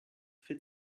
fit